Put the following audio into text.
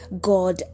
god